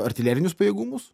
artilerinius pajėgumus